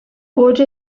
برج